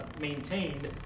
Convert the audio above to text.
maintained